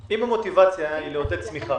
אם המוטיבציה היא לעודד צמיחה,